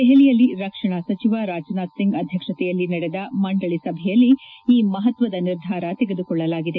ದೆಹಲಿಯಲ್ಲಿ ರಕ್ಷಣಾ ಸಚಿವ ರಾಜನಾಥ್ ಸಿಂಗ್ ಅಧ್ಯಕ್ಷತೆಯಲ್ಲಿ ನಡೆದ ಮಂಡಳ ಸಭೆಯಲ್ಲಿ ಈ ಮಹತ್ವದ ನಿರ್ಧಾರ ತೆಗೆದುಕೊಳ್ಳಲಾಗಿದೆ